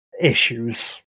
issues